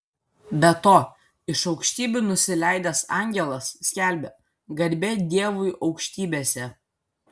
be to iš aukštybių nusileidęs angelas skelbia garbė dievui aukštybėse